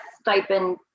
stipend